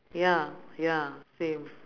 ya ya same